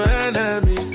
enemy